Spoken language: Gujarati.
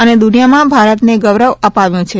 અને દુનિથામાં ભારતનું ગૌરવ અપાયું છે